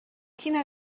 quina